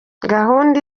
gahunda